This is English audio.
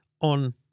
On